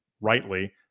rightly